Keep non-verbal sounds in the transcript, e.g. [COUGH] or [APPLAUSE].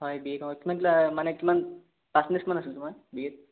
হয় বি এত অঁ [UNINTELLIGIBLE] মানে কিমান পাৰ্চেন্টেজ কিমান আছিল তোমাৰ বি এত